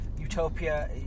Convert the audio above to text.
Utopia